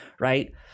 right